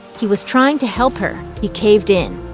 he was trying to help her. he caved in.